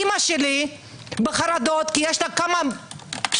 אמא שלי בחרדות כי יש לה כמה שקלים